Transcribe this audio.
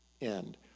end